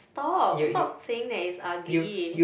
stop stop saying that it's ugly